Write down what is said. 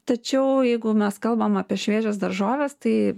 tačiau jeigu mes kalbam apie šviežias daržoves tai